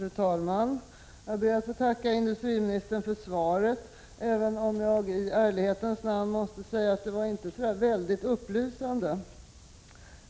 Fru talman! Jag ber att få tacka industriministern för svaret, även om jag i ärlighetens namn måste säga att det inte var särskilt upplysande.